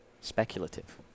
speculative